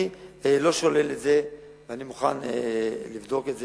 אני לא שולל את זה ואני מוכן לבדוק את זה.